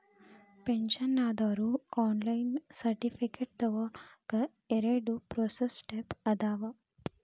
pension ಆದೋರು online certificate ತೊಗೋನಕ ಎರಡ ಪ್ರೋಸೆಸ್ ಸ್ಟೆಪ್ಸ್ ಅದಾವ